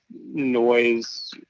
noise